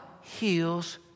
heals